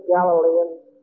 Galilean